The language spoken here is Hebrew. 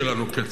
כצל'ה,